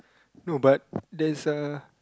no but there's a